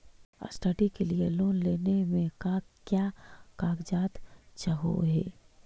Study के लिये loan लेने मे का क्या कागजात चहोये?